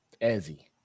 Ezzy